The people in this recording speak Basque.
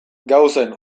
gauzen